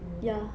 ya